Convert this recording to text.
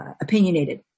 opinionated